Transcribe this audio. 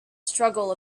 struggle